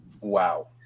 Wow